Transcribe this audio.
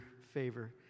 favor